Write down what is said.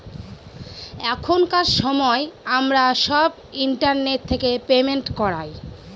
এখনকার সময় আমরা সব ইন্টারনেট থেকে পেমেন্ট করায়